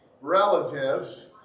relatives